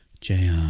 JR